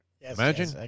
Imagine